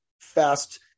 fast